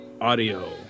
audio